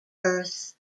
earth